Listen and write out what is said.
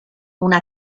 una